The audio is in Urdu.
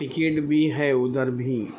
ٹکٹ بھی ہے ادھر بھی